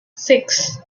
six